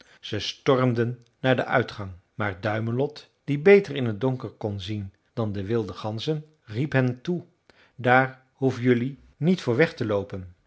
ze stormden naar den uitgang maar duimelot die beter in t donker kon zien dan de wilde ganzen riep hen toe daar hoef jelui niet voor weg te loopen